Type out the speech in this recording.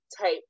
type